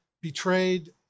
betrayed